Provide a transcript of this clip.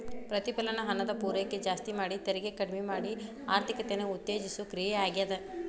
ಪ್ರತಿಫಲನ ಹಣದ ಪೂರೈಕೆ ಜಾಸ್ತಿ ಮಾಡಿ ತೆರಿಗೆ ಕಡ್ಮಿ ಮಾಡಿ ಆರ್ಥಿಕತೆನ ಉತ್ತೇಜಿಸೋ ಕ್ರಿಯೆ ಆಗ್ಯಾದ